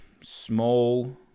small